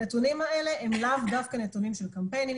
הנתונים האלה הם לאו דווקא נתונים של קמפיינים,